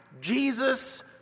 Jesus